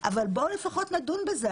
לפחות בואו נדון בזה.